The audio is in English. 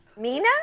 Mina